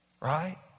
right